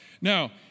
Now